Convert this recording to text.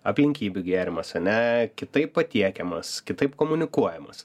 aplinkybių gėrimas ane kitaip patiekiamas kitaip komunikuojamas